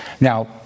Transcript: Now